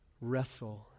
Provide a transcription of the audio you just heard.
wrestle